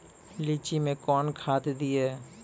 लीची मैं कौन खाद दिए?